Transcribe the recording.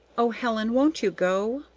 o helen, won't you go?